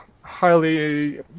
highly